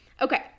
Okay